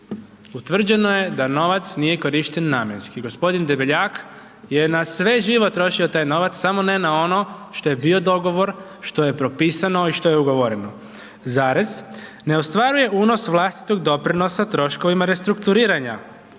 utvrđeno je da novac nije korišten namjenski, g. Debeljak je na sve živo trošio taj novac, samo ne na ono što je bio dogovor, što je propisano i što je ugovoreno, ne ostvaruje unos vlastitog doprinosa troškovima restrukturiranja.